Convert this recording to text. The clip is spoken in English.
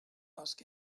ask